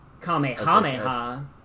Kamehameha